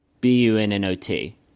B-U-N-N-O-T